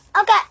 Okay